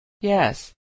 Yes